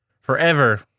forever